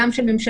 גם של הממשלה,